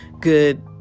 good